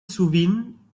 sovint